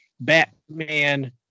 Batman